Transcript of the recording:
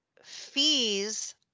fees